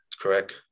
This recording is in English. correct